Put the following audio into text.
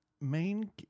main